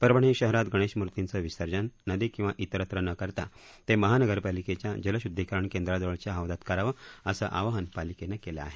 परभणी शहरात गणेशमूर्तीचं विसर्जन नदी किंवा इतरत्र न करता ते महानगरपालिकेच्या जलशुध्दी केंद्राजवळच्या हौदात करावं असं आवाहन पालिकेनं केलं आहे